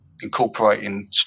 incorporating